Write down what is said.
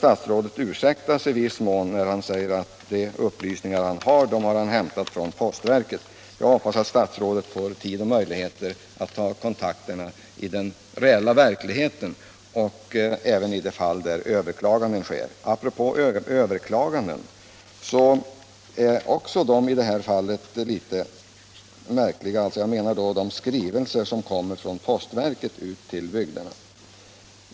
Statsrådet kan i viss mån ursäktas när han säger att han hämtat upplysningarna från postverket. Jag hoppas att statsrådet får tid och möjligheter att ta kontakter i den konkreta verkligheten och även i de fall där överklaganden sker. Apropå överklaganden är det också litet märkliga skrivelser som kommer från postverket ut till bygderna.